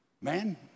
man